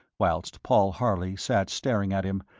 whilst paul harley sat staring at him,